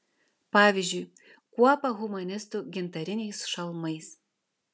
pavyzdžiui kuopą humanistų gintariniais šalmais